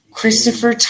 Christopher